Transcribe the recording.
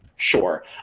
sure